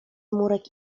murek